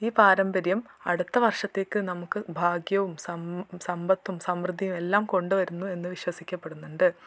ഈ പാരമ്പര്യം അടുത്ത വർഷത്തേക്ക് നമുക്ക് ഭാഗ്യവും സം സമ്പത്തും സമൃദ്ധിയും എല്ലാം കൊണ്ട് വരുന്നു എന്ന് വിശ്വസിക്കപ്പെടുന്നുണ്ട്